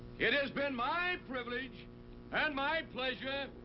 it has been my privilege and my pleasure.